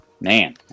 man